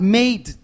made